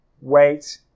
wait